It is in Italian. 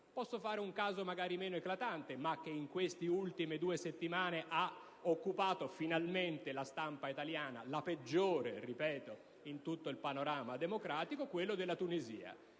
Posso fare un caso, magari meno eclatante, ma che in queste ultime due settimane ha occupato, finalmente, la stampa italiana (la peggiore in tutto il panorama democratico): quello della Tunisia.